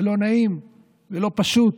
זה לא נעים ולא פשוט,